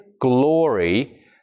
glory